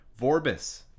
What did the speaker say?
Vorbis